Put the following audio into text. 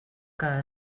que